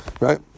Right